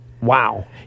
Wow